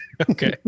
Okay